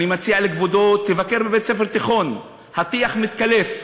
אני מציע לכבודו לבקר בבית-ספר תיכון, הטיח מתקלף.